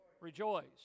Rejoice